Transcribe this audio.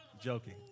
joking